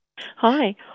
Hi